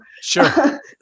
Sure